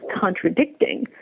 contradicting